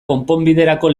konponbiderako